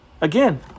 Again